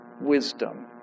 Wisdom